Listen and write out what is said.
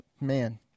man